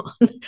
on